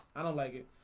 i don't like it.